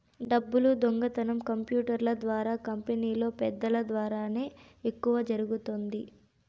డబ్బులు దొంగతనం కంప్యూటర్ల ద్వారా కంపెనీలో పెద్దల ద్వారానే ఎక్కువ జరుగుతుంది